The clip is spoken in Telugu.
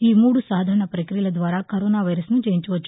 ఈ మూడు సాధారణ పక్రియల ద్వారా కరోనా వైరస్ను జయించవచ్చు